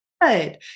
Good